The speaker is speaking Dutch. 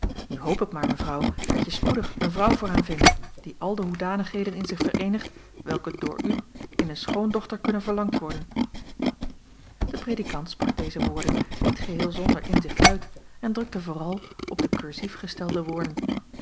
nu hoop ik maar mevrouw dat je spoedig een vrouw voor hem vindt die al de hoedanigheden in zich vereenigt welke door u in een schoondochter kunnen verlangd worden de predikant sprak deze woorden niet geheel zonder inzicht uit en drukte vooral op de kursief gestelde woorden